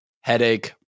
headache